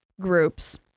Groups